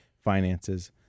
finances